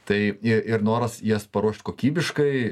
tai i ir noras jas paruošt kokybiškai